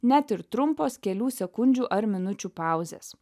net ir trumpos kelių sekundžių ar minučių pauzės